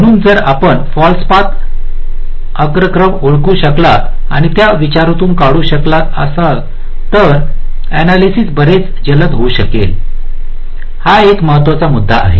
म्हणून जर आपण फाल्स पथ अग्रक्रम ओळखू शकलात आणि त्या विचारातून काढू शकत असाल तर आपले अनालयसिस बरेच जलद होऊ शकेल हा एक महत्त्वाचा मुद्दा आहे